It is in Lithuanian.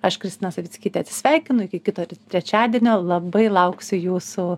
aš kristina savickytė atsisveikinu iki kito trečiadienio labai lauksiu jūsų